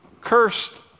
cursed